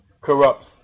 corrupts